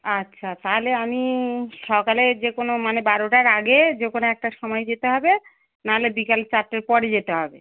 আচ্ছা তাহলে আমি সকালে যে কোনো মানে বারোটার আগে যে কোনো একটা সময়ে যেতে হবে না হলে বিকাল চারটের পরে যেতে হবে